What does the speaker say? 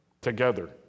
Together